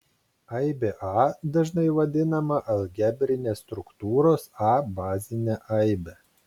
aibė a dažnai vadinama algebrinės struktūros a bazine aibe